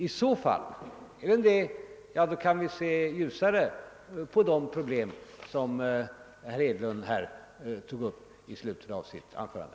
I så fall kan vi se ljusare på de problem som herr Hedlund tog upp i slutet av sitt anförande.